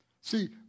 See